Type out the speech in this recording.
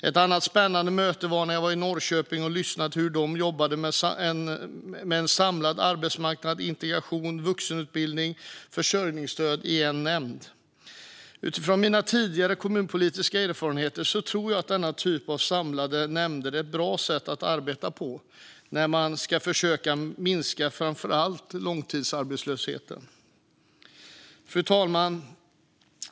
Ett annat spännande möte var när jag var i Norrköping och lyssnade till hur de jobbar med frågor om arbetsmarknad, integration, vuxenutbildning och försörjningsstöd i en nämnd. Utifrån mina tidigare kommunpolitiska erfarenheter tror jag att denna typ av samlade nämnder är ett bra sätt att arbeta på när man ska försöka minska framför allt långtidsarbetslösheten. Fru talman!